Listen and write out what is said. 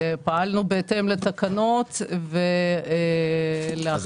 פעלנו בהתאם לתקנות ולאחר --- אז